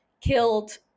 killed